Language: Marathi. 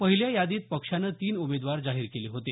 पहिल्या यादीत पक्षानं तीन उमेदवार जाहीर केले होते